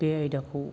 बे आयदाखौ